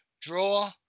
Draw